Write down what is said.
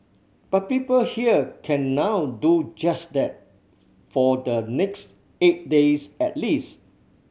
but people here can now do just that for the next eight days at least